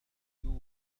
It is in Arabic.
تتويبا